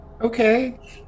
Okay